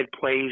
plays